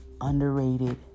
underrated